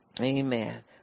Amen